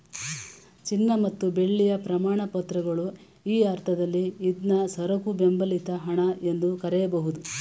ಚಿನ್ನ ಮತ್ತು ಬೆಳ್ಳಿಯ ಪ್ರಮಾಣಪತ್ರಗಳು ಈ ಅರ್ಥದಲ್ಲಿ ಇದ್ನಾ ಸರಕು ಬೆಂಬಲಿತ ಹಣ ಎಂದು ಕರೆಯಬಹುದು